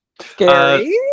Scary